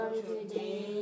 today